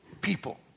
people